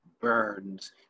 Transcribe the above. burns